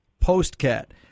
post-cat